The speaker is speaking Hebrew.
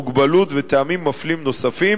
מוגבלות וטעמים מפלים נוספים,